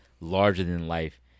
larger-than-life